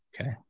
Okay